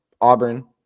Auburn